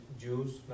Jews